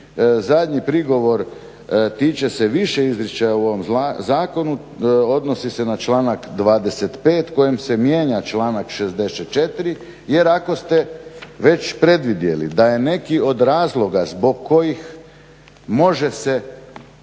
zadnji prigovor tiče se više izričaja u ovom zakonu, odnosi se na članak 25. kojim se mijenja članak 64. jer ako ste već predvidjeli da je neki od razloga zbog kojih može se